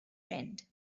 friend